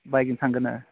बाइकजों थांगोन